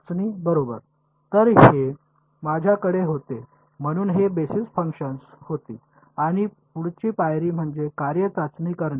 चाचणी बरोबर तर हे माझ्याकडे होते म्हणून ही बेसिस फंक्शन्स होती आणि पुढची पायरी म्हणजे कार्ये चाचणी करणे